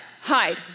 Hide